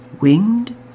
Winged